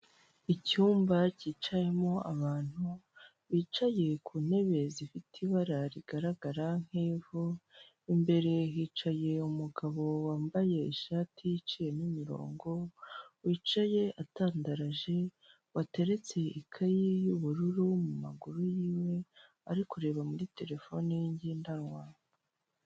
Ikinyabiziga k'ibinyamitende kikoreye kigaragara cyakorewe mu Rwanda n'abagabo batambuka muri iyo kaburimbo n'imodoka nyinshi ziparitse zitegereje abagenzi.